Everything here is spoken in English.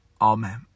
Amen